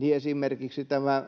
esimerkiksi tämä